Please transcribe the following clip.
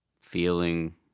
feeling